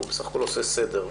הוא בסך הכול עושה סדר.